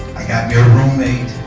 got me a roommate,